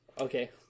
Okay